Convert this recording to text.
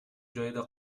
жайда